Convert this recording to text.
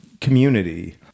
community